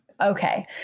Okay